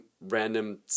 random